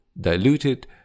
diluted